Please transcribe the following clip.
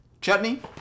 Chutney